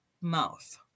mouth